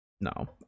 No